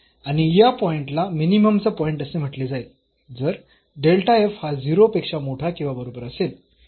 आणि या पॉईंटला मिनिमम चा पॉईंट असे म्हटले जाईल जर हा 0 पेक्षा मोठा किंवा बरोबर असेल